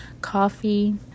coffee